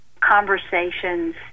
conversations